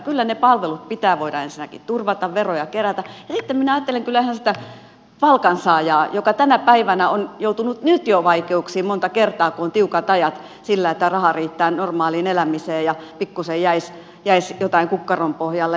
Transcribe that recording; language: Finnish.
kyllä ne palvelut pitää voida ensinnäkin turvata veroja kerätä ja sitten minä ajattelen kyllä ihan sitä palkansaajaa joka tänä päivänä on joutunut nyt jo vaikeuksiin monta kertaa kun on tiukat ajat sillä että raha riittää normaaliin elämiseen ja pikkusen jäisi jotain kukkaron pohjalle